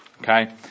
Okay